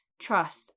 trust